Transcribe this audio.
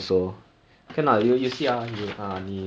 looks and sounds good to me